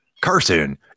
Carson